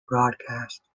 broadcast